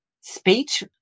speech